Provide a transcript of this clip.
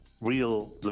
real